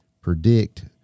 predict